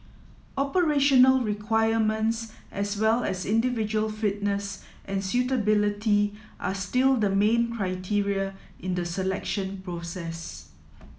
operational requirements as well as individual fitness and suitability are still the main criteria in the selection process